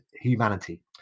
humanity